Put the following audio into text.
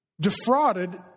defrauded